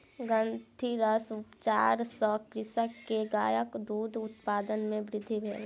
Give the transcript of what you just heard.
ग्रंथिरस उपचार सॅ कृषक के गायक दूध उत्पादन मे वृद्धि भेल